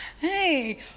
Hey